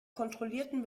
kontrollierten